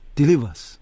delivers